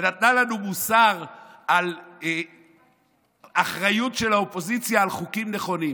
ונתנה לנו מוסר על אחריות של האופוזיציה על חוקים נכונים.